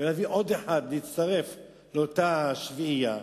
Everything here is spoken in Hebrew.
ולהביא עוד אחד להצטרף לאותה שביעייה,